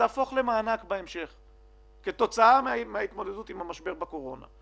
תהפוך למענק כתוצאה מההתמודדות עם משבר הקורונה.